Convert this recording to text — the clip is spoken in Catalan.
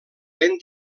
ben